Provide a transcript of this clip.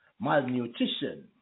malnutrition